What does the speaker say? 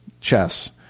chess